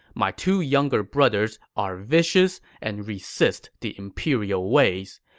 my two younger brothers are vicious and resist the imperial ways.